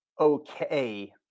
okay